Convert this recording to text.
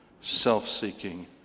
Self-seeking